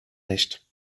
nicht